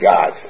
God